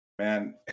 man